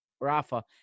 Rafa